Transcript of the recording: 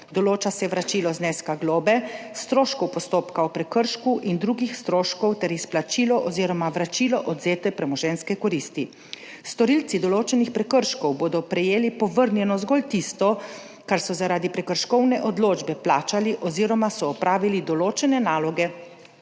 Določa se vračilo zneska globe, stroškov postopka o prekršku in drugih stroškov ter izplačilo oziroma vračilo odvzete premoženjske koristi. Storilci določenih prekrškov bodo prejeli povrnjeno zgolj tisto, kar so zaradi prekrškovne odločbe plačali oziroma so opravili določene naloge